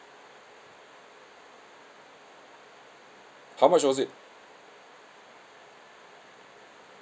how much was it